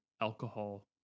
alcohol